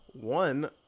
one